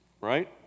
right